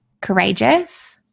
courageous